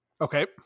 Okay